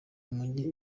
umujyi